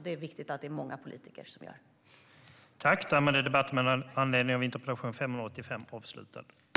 Det är viktigt att det är många politiker som gör det.